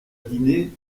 dîner